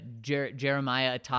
Jeremiah